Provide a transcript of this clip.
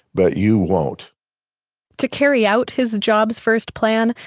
but you won't to carry out his job-first plan,